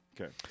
Okay